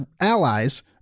allies